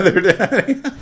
daddy